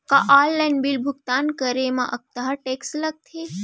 का online bill भुगतान करे मा अक्तहा टेक्स लगथे?